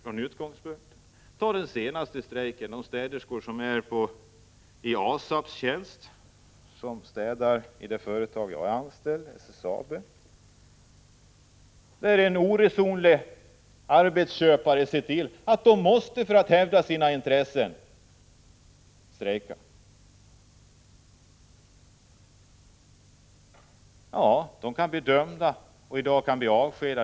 Tag som exempel den senaste strejken, den bland de städerskor som är i ASAB:s tjänst, och som städar i det företag jag är anställd vid, SSAB. En oresonlig arbetsköpare såg i detta fall till att städerskorna tvingades strejka för att hävda sina intressen.